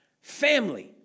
family